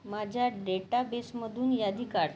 माझ्या डेटाबेसमधून यादी काढ